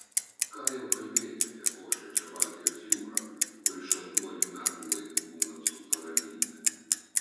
ką jau kalbėti apie ošiančią baltijos jūrą kuri šaltuoju metų laiku būna apsupta ramybe